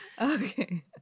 Okay